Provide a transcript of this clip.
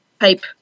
type